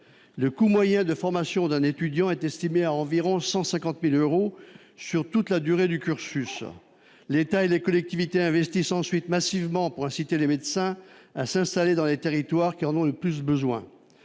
Le coût moyen de formation d'un étudiant est estimé à environ 150 000 euros sur toute la durée de son cursus. L'État et les collectivités investissent ensuite massivement pour inciter les médecins à s'installer dans les territoires qui en ont le plus besoin.